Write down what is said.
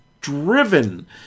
driven